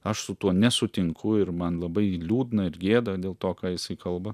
aš su tuo nesutinku ir man labai liūdna ir gėda dėl to ką jisai kalba